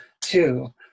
two